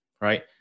right